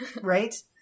right